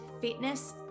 fitness